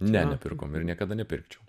ne nepirkom ir niekada nepirkčiau